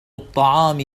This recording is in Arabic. الطعام